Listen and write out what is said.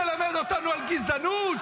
אתה תלמד אותנו על גזענות?